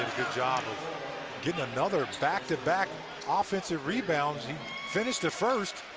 good job of getting another back to back offensive rebound. he finished the first,